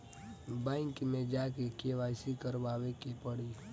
Bank मे जा के के.वाइ.सी करबाबे के पड़ी?